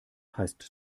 heißt